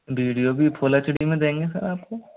video भी full H D में देंगे सर आप को